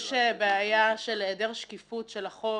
יש בעיה של היעדר שקיפות של החוב,